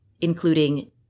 including